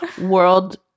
World